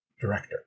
Director